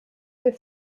wir